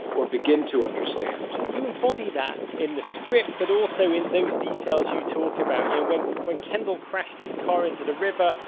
or begin to understand. roger you embody that in the script, but also in those details you talk about, you know, when when kendall crashed his car into the river,